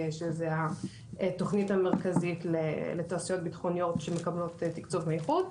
שזו התוכנית המרכזית לתעשיות בטחוניות שמקבלות תקצוב מהאיחוד,